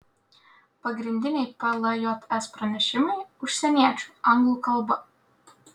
pagrindiniai pljs pranešimai užsieniečių anglų kalba